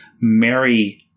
Mary